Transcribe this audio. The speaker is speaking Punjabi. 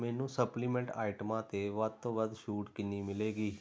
ਮੈਨੂੰ ਸਪਲੀਮੈਂਟ ਆਈਟਮਾਂ 'ਤੇ ਵੱਧ ਤੋਂ ਵੱਧ ਛੂਟ ਕਿੰਨੀ ਮਿਲੇਗੀ